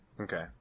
Okay